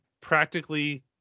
practically